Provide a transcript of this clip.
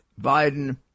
Biden